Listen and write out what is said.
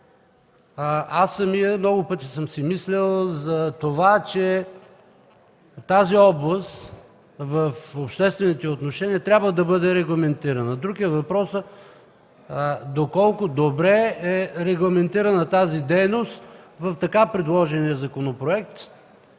Аз самият много пъти съм си мислил, че тази област в обществените отношения, трябва да бъде регламентирана. Друг е въпросът доколко добре е регламентирана тази дейност в така предложения законопроект: